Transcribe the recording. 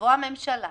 תבוא הממשלה